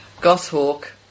Goshawk